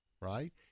right